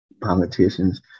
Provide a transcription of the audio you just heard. politicians